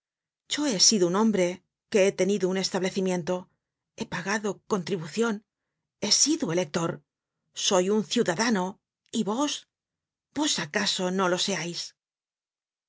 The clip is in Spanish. yo he sido un hombre que he tenido un establecimiento he pagado contribucion he sido elector soy un ciudadano y vos vos acaso no lo seais